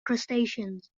crustaceans